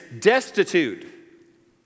destitute